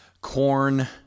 corn